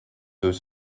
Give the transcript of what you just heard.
deux